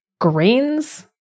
grains